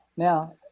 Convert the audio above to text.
Now